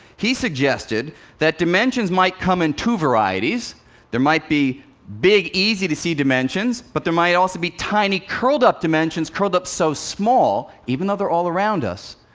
he suggested that dimensions might come in two varieties there might be big, easy-to-see dimensions, but there might also be tiny, curled-up dimensions, curled up so small, even though they're all around us,